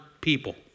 people